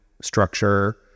structure